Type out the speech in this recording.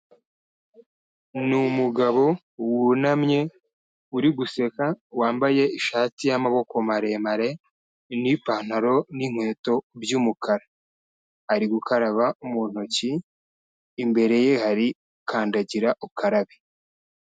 Ni umugabo wunamye uri guseka, wambaye ishati y'amaboko maremare n'ipantaro n'inkweto by'umukara. Ari gukaraba mu ntoki, imbere ye hari kandagira ukarabe.